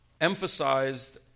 emphasized